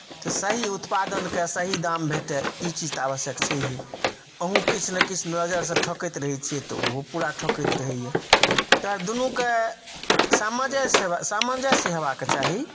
तऽ सही उत्पादनके सही दाम भेटए ई चीज तऽ आवश्यक छहिए अहूँ किछु ने किछु नजरिसँ ठकैत रहैत छियै तऽ ओहो पूरा ठकैत रहैए तऽ दुनूकेँ सामजस्य सामञ्जस्य होयबाक चाही